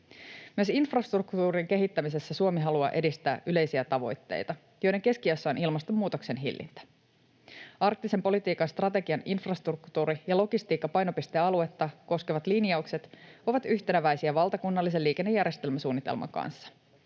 Myös infrastruktuurin kehittämisessä Suomi haluaa edistää yleisiä tavoitteita, joiden keskiössä on ilmastonmuutoksen hillintä. Arktisen politiikan strategian infrastruktuuri ja logistiikka ‑painopistealuetta koskevat linjaukset ovat yhteneväisiä valtakunnallisen liikennejärjestelmäsuunnitelman kanssa.